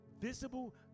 visible